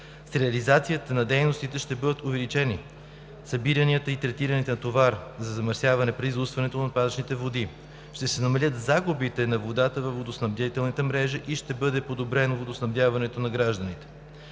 С реализацията на дейностите ще бъдат увеличени събиранията и третираният товар за замърсяване при заустването на отпадъчните води, ще се намали загубата на вода във водоснабдителните мрежи и ще бъде подобрено водоснабдяването за гражданите.